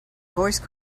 voice